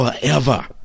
forever